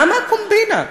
למה הקומבינה,